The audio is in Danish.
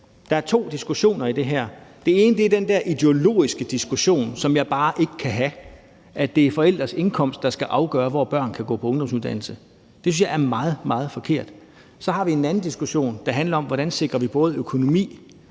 Der er to diskussioner i det her: Den ene er den her ideologiske diskussion, som jeg bare ikke kan have, nemlig at det er forældres indkomst, der skal afgøre, hvor børn kan gå på ungdomsuddannelse. Det synes jeg er meget, meget forkert. Og så har vi en anden diskussion, der handler om, hvordan vi sikrer både økonomi